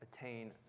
attain